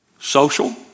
social